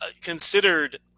considered